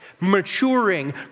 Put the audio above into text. maturing